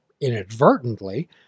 inadvertently